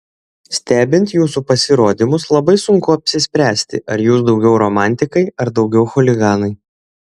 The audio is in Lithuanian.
stebint jūsų pasirodymus labai sunku apsispręsti ar jūs daugiau romantikai ar daugiau chuliganai